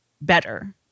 better